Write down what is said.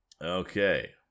Okay